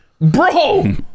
Bro